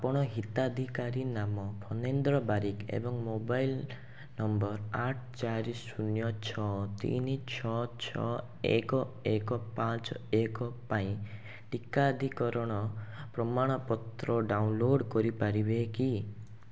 ଆପଣ ହିତାଧିକାରୀ ନାମ ଫଣେନ୍ଦ୍ର ବାରିକ୍ ଏବଂ ମୋବାଇଲ୍ ନମ୍ବର୍ ଆଠ ଚାରି ଶୂନ ଛଅ ତିନି ଛଅ ଛଅ ଏକ ଏକ ପାଞ୍ଚ ଏକ ପାଇଁ ଟିକାଧିକରଣ ପ୍ରମାଣପତ୍ର ଡାଉନଲୋଡ଼୍ କରିପାରିବେ କି